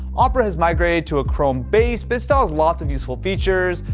opera has migrated to a chrome base, but still has lots of useful features.